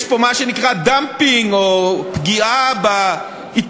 יש פה מה שנקרא "דמפינג" או פגיעה בעיתונים